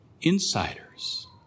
insiders